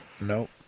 Nope